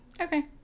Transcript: Okay